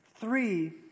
three